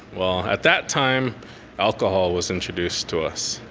well, at that time alcohol was introduced to us.